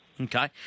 Okay